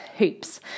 hoops